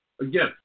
Again